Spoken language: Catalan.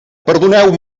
perdoneu